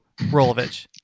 Rolovich